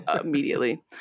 immediately